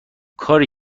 کاری